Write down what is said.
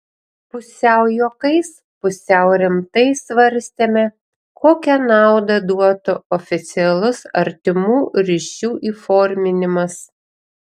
pusiau juokais pusiau rimtai svarstėme kokią naudą duotų oficialus artimų ryšių įforminimas